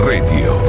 Radio